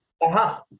aha